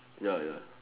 ya ya